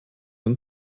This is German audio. den